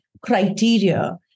criteria